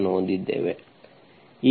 ಅನ್ನು ಹೊಂದಿದ್ದೇವೆ